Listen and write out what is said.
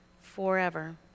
forever